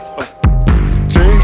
Take